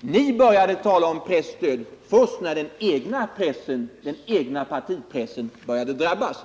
Ni började tala om presstöd först när den egna partipressen började drabbas.